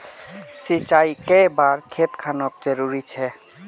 सिंचाई कै बार खेत खानोक जरुरी छै?